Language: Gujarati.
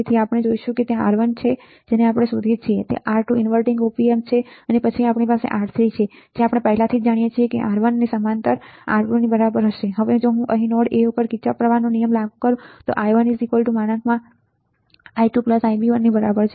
તેથી આપણે ત્યાં R1જે શોધીએ છીએ ત્યાંR2ઇન્વર્ટિંગ Op Amp છે અને પછી આપણી પાસે R3 છેજે આપણે પહેલાથી જ જાણીએ છીએ કે જેR1 નીસમાંતરR2 નીબરાબર હશે હવે જો હું અહીં નોડ a પર કિર્ચહોફનો પ્રવાહ નિયમ લાગુ કરું તો I1I2 Ib1બરાબર છે